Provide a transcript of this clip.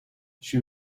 she